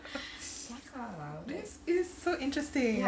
this is so interesting